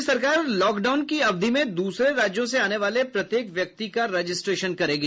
राज्य सरकार लॉकडाउन के अवधि में दूसरे राज्यों से आने वाले प्रत्येक व्यक्ति का रजिस्ट्रेशन करेगी